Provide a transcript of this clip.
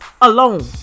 Alone